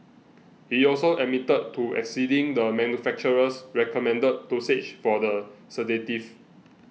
he also admitted to exceeding the manufacturer's recommended dosage for the sedative